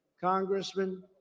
Congressman